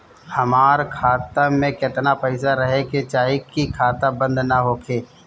हमार खाता मे केतना पैसा रहे के चाहीं की खाता बंद ना होखे?